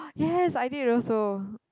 yes I did also